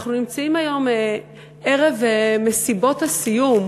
אנחנו נמצאים היום ערב מסיבות הסיום.